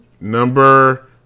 Number